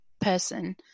person